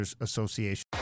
Association